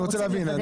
אני רוצה להבין.